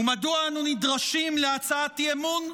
ומדוע אנו נדרשים להצעת אי-אמון?